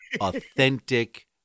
authentic